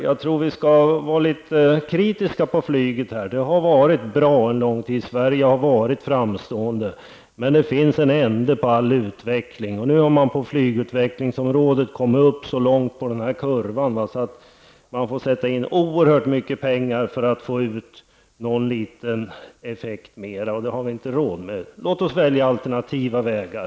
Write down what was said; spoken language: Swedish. Jag tror att vi skall vara litet kritiska när det gäller flyget. Det var bra under lång tid; Sverige har varit framstående. Men det finns en ände på all utveckling. Nu har man på flygutvecklingsområdet kommit så långt att man får sätta in oerhört mycket pengar för att få ut någon liten ytterligare effekt, och det har vi inte råd med. Låt oss välja alternativa vägar!